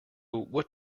what